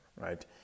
right